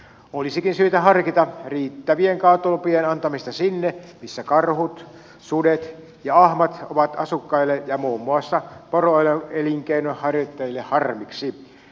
olisikin syytä harkita riittävien kaatolupien antamista sinne missä karhut sudet ja ahmat ovat asukkaille ja muun muassa poroelinkeinon harjoittajille harmiksi